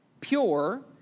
pure